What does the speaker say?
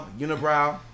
unibrow